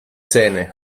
zähne